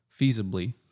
feasibly